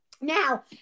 Now